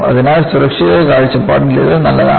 അതിനാൽ സുരക്ഷയുടെ കാഴ്ചപ്പാടിൽ ഇത് നല്ലതാണ്